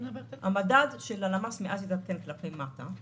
המדד של הלמ"ס התעדכן מאז כלפי מטה.